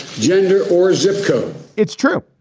gender or zip code it's true.